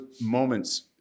moments